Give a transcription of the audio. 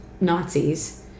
Nazis